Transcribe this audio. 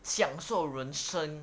享受人生